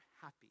happy